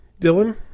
Dylan